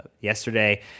yesterday